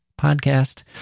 podcast